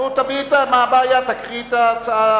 מה הבעיה, תקריא את ההצעה.